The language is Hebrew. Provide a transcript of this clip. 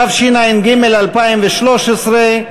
התשע"ג 2013,